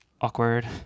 Awkward